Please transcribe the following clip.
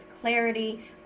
clarity